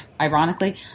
Ironically